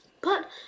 But